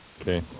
Okay